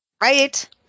Right